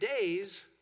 days